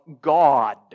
God